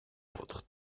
votre